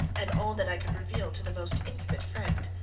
and all that i could reveal to the most intimate friend.